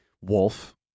wolf